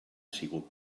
sigut